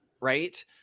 right